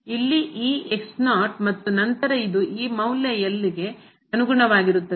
ಇಲ್ಲಿ ಈ ಮತ್ತು ನಂತರ ಇದು ಈ ಮೌಲ್ಯ ಗೆ ಅನುಗುಣವಾಗಿರುತ್ತದೆ